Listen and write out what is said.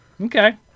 Okay